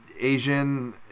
Asian